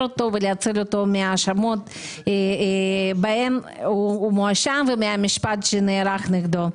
אותו ולהציל אותו מהאשמות בהן הוא מואשם ומהמשפט שמתנהל נגדו.